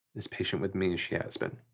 as patient with me as she has been.